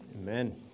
Amen